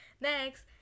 next